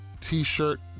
t-shirt